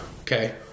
Okay